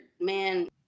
man